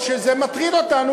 זה מטריד אותנו,